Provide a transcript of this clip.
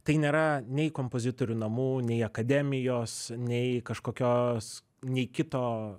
tai nėra nei kompozitorių namų nei akademijos nei kažkokios nei kito